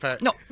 No